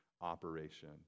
operation